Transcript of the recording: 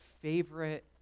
favorite